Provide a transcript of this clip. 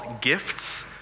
Gifts